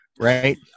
right